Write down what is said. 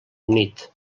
unit